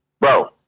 Bro